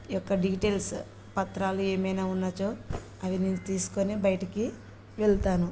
యొక్క డీటెయిల్స్ పత్రాలు ఏమైనా ఉన్నచో అవి నేను తీసుకొని బయటికి వెళ్తాను